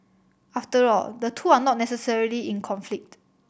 after all the two are not necessarily in conflict